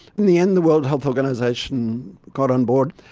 in the end the world health organisation got on board,